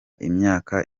imyaka